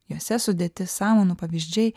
jose sudėti samanų pavyzdžiai